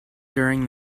during